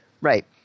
Right